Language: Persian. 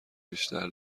بیشتر